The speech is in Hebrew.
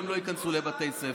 הם לא ייכנסו לבתי ספר.